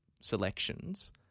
selections